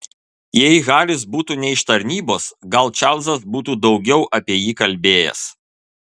jei haris būtų ne iš tarnybos gal čarlzas būtų daugiau apie jį kalbėjęs